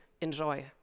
enjoy